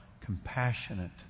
compassionate